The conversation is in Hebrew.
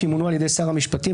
שימונו על ידי שר המשפטים,